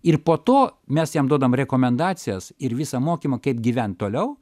ir po to mes jam duodam rekomendacijas ir visą mokymą kaip gyvent toliau